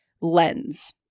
lens